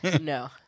No